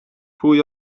pwy